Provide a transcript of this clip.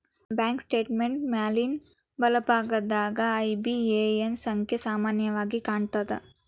bank ಸ್ಟೇಟ್ಮೆಂಟಿನ್ ಮ್ಯಾಲಿನ್ ಬಲಭಾಗದಾಗ ಐ.ಬಿ.ಎ.ಎನ್ ಸಂಖ್ಯಾ ಸಾಮಾನ್ಯವಾಗಿ ಕಾಣ್ತದ